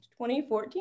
2014